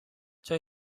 چون